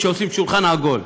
כשעושים שולחן עגול,